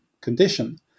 condition